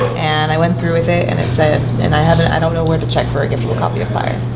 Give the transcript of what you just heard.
and i went through with it, and it said and i haven't, i don't know where to check for a giftable copy of pyre.